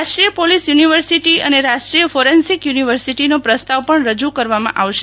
રાષ્ટ્રીય police university અને રાષ્ટ્રીય ફોરેન્સિક યુનિવર્સિટીનો પ્રસ્તાવ પણ રજૂ કરવામાં આવશે